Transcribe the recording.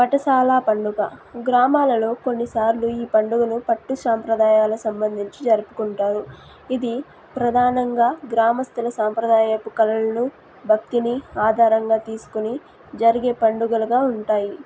పఠశాలా పండుగ గ్రామాలలో కొన్నిసార్లు ఈ పండుగను పట్టు సాంప్రదాయాల సంబంధించి జరుపుకుంటారు ఇది ప్రధానంగా గ్రామస్థల సాంప్రదాయపు కళలను భక్తిని ఆధారంగా తీసుకొని జరిగే పండుగలుగా ఉంటాయి